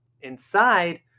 Inside